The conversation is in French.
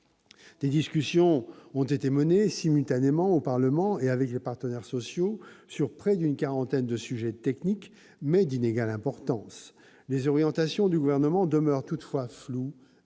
Des discussions ont été menées simultanément au Parlement et avec les partenaires sociaux sur près d'une quarantaine de sujets techniques, mais d'inégale importance. Les orientations du Gouvernement demeurent toutefois floues